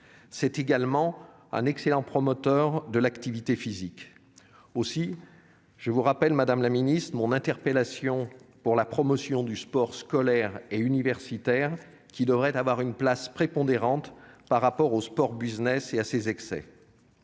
C'est également un excellent promoteur de l'activité physique. Aussi, je vous rappelle, madame la ministre, mon interpellation pour la promotion du sport scolaire et universitaire, qui devrait avoir une place prépondérante par rapport au « sport business » et à ses excès.